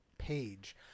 page